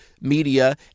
media